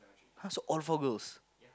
!huh! so all four girls